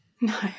No